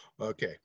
Okay